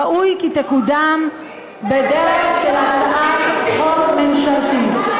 ראוי כי תקודם בדרך של הצעת חוק ממשלתית.